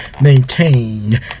maintain